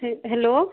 हे हेलो